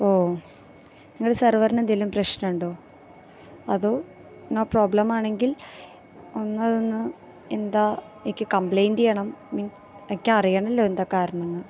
ഓ നിങ്ങളുടെ സര്വറിനെന്തെങ്കിലും പ്രശ്നമുണ്ടോ അതോ നോ പ്രോബ്ലമാണെങ്കില് ഒന്നതൊന്ന് എന്താ എനിയ്ക്ക് കംബ്ലേയ്ൻ്റ് ചെയ്യണം മീന്സ് എയ്ക്കറിയണമല്ലോ എന്താ കാരണമെന്ന്